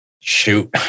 Shoot